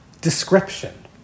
description